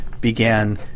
began